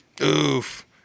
Oof